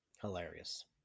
Hilarious